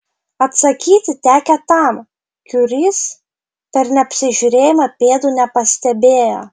atsakyti tekę tam kiuris per neapsižiūrėjimą pėdų nepastebėjo